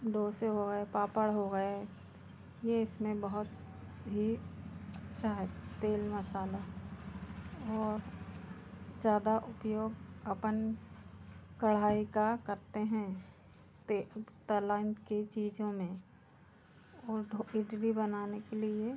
डोसे हो गए पापड़ हो गए ये इसमें बहुत ही अच्छा है तेल मसाला और ज़्यादा उपयोग अपन कढ़ाई का करते हैं तलाइन की चीज़ों में और इडली बनाने के लिए